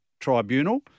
tribunal